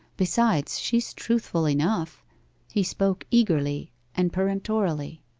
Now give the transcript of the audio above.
besides, she's truthful enough he spoke eagerly and peremptorily.